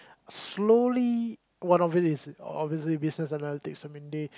slowly one of it is obviously business analytics I mean they